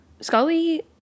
Scully